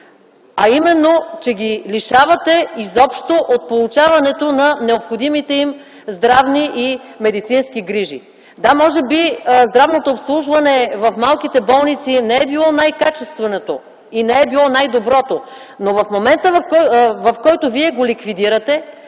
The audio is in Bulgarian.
а именно, че ги лишавате изобщо от получаването на необходимите им здравни и медицински грижи. Да, може би здравното обслужване в малките болници не е било най-качественото и не е било най-доброто, но в момента, в който го ликвидирате,